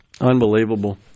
Unbelievable